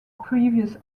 previous